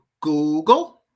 Google